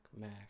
Mac